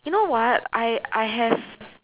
you know what I I have